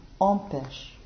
empêche